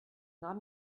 not